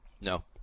No